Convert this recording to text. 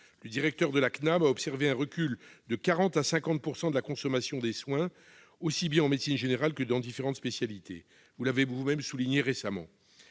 maladie (CNAM) a observé un recul de 40 % à 50 % de la consommation de soins, aussi bien en médecine générale que dans différentes spécialités. Vous l'avez vous-même souligné récemment.